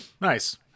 Nice